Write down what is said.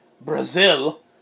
Brazil